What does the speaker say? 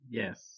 yes